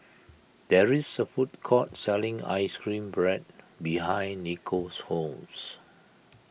there is a food court selling Ice Cream Bread behind Nicole's house